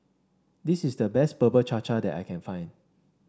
this is the best Bubur Cha Cha that I can find